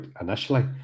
initially